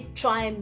try